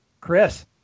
Chris